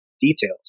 details